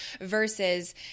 versus